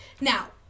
Now